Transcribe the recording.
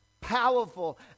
powerful